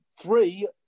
three